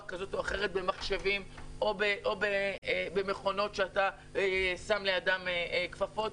כזאת או אחרת במחשבים או במכונות שאתה שם לידם כפפות.